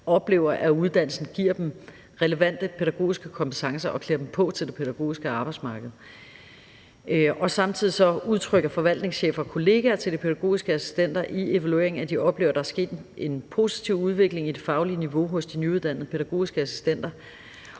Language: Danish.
oplever, at uddannelsen giver dem relevante pædagogiske kompetencer og klæder dem på til det pædagogiske arbejdsmarked. Og samtidig udtrykker forvaltningschefer og kollegaer til de pædagogiske assistenter i evalueringen, at de oplever, der er sket en positiv udvikling i det faglige niveau hos de nyuddannede pædagogiske assistenter.